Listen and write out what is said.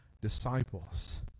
disciples